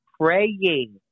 praying